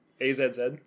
A-Z-Z